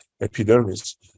epidermis